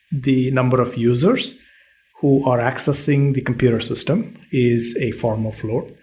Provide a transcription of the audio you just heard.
the number of users who are accessing the computer system is a form of load,